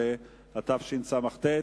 11),